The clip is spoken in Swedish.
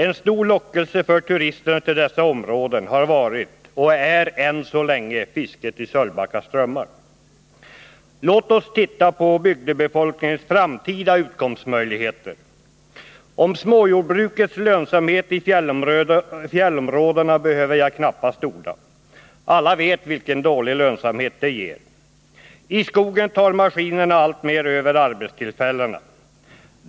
En stor lockelse för turisterna i dessa områden har varit och är än så länge fisket i Sölvbacka strömmar. Låt oss titta på bygdebefolkningens framtida utkomstmöjligheter. Om småjordbrukets lönsamhet i fjällområdena behöver jag knappast orda. Alla vet vilken dålig lönsamhet det ger. I skogen tar maskinerna alltmer över arbetstillfällena.